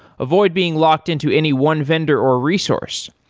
avoid being locked-in to any one vendor or resource.